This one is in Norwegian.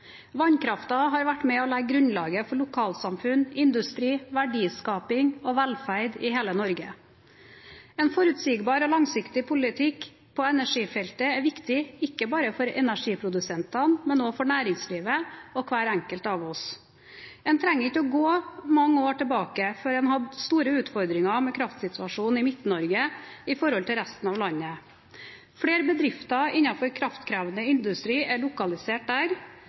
Vannkraften har vært med på å legge grunnlaget for lokalsamfunn, industri, verdiskaping og velferd i hele Norge. En forutsigbar og langsiktig politikk på energifeltet er viktig, ikke bare for energiprodusentene, men også for næringslivet og hver enkelt av oss. En trenger ikke å gå mange år tilbake for å finne store utfordringer med kraftsituasjonen i Midt-Norge i forhold til resten av landet. Flere bedrifter innenfor kraftkrevende industri er lokalisert der,